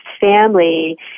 family